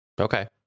Okay